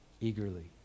eagerly